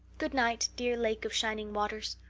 good night, dear lake of shining waters.